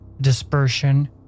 dispersion